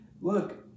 look